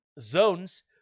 zones